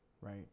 right